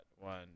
one